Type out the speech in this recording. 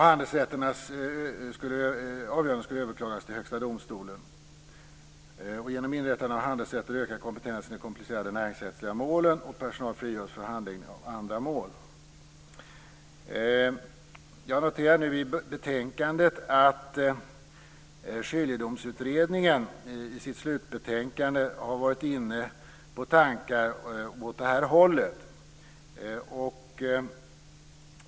Handelsrätternas avgöranden skulle överklagas till Högsta domstolen. Och genom inrättandet av handelsrätter ökar kompetensen i de komplicerade näringsrättsliga målen, och personal frigörs för handläggning av andra mål. Jag noterar i betänkandet att Skiljedomsutredningen i sitt slutbetänkande har varit inne på tankar åt det här hållet.